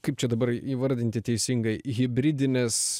kaip čia dabar įvardinti teisingai hibridines